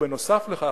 ונוסף על כך,